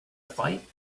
fight